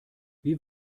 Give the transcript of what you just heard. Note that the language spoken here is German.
wie